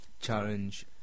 challenge